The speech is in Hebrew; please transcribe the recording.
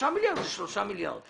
3 מיליארד, אלה 3 מיליארד.